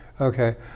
okay